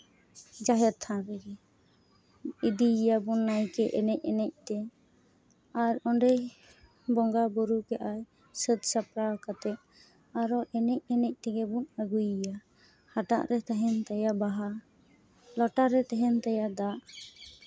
ᱡᱟᱦᱮᱨ ᱛᱷᱟᱱ ᱨᱮᱜᱮ ᱤᱫᱤᱭᱟᱵᱚᱱ ᱱᱟᱭᱠᱮ ᱮᱱᱮᱡ ᱮᱱᱮᱡ ᱛᱮ ᱟᱨ ᱚᱸᱰᱮ ᱵᱚᱸᱜᱟᱼᱵᱩᱨᱩ ᱠᱮᱫᱼᱟᱭ ᱥᱟᱹᱛ ᱥᱟᱯᱲᱟᱣ ᱠᱟᱛᱮᱜ ᱟᱨᱚ ᱮᱱᱮᱡ ᱮᱱᱮᱡ ᱛᱮᱜᱮ ᱵᱚᱱ ᱟᱹᱜᱩᱭᱮᱭᱟ ᱦᱟᱴᱟᱜ ᱨᱮ ᱛᱟᱦᱮᱱ ᱛᱟᱭᱟ ᱵᱟᱦᱟ ᱞᱚᱴᱟ ᱨᱮ ᱛᱟᱦᱮᱱ ᱛᱟᱭᱟ ᱫᱟᱜ